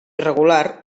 irregular